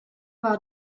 war